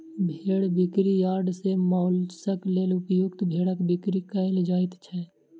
भेंड़ बिक्री यार्ड सॅ मौंसक लेल उपयुक्त भेंड़क बिक्री कयल जाइत छै